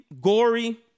gory